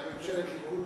הייתה ממשלת ליכוד לאומית.